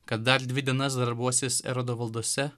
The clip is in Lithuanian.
kad dar dvi dienas darbuosis erodo valdose